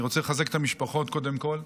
אני רוצה לחזק את המשפחות קודם כול.